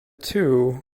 two